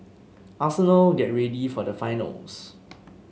Arsenal get ready for the finals